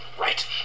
right